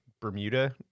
Bermuda